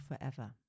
forever